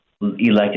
elected